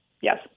Yes